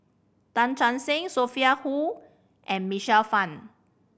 Tan Che Sang Sophia Hull and Michael Fam